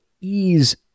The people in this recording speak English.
ease